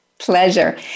Pleasure